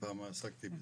שפעם עסקתי בזה,